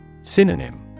Synonym